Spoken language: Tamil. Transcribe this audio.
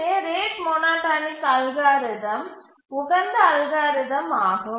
ஏ ரேட் மோனோடோனிக் அல்காரிதம் உகந்த அல்காரிதம் ஆகும்